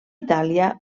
itàlia